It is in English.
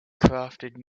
crafted